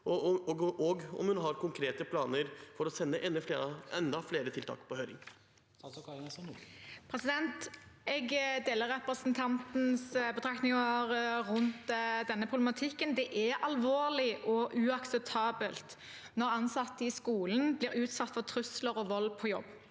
og om hun har konkrete planer for å sende enda flere tiltak på høring. Statsråd Kari Nessa Nordtun Jeg deler representantens betraktninger rundt denne problematikken. Det er alvorlig og uakseptabelt når ansatte i skolen blir utsatt for trusler og vold på jobb.